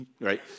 right